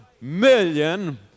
million